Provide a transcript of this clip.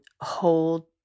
hold